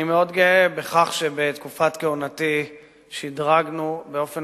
אני מאוד גאה בכך שבתקופת כהונתי שדרגנו באופן